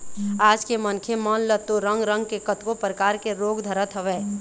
आज के मनखे मन ल तो रंग रंग के कतको परकार के रोग धरत हवय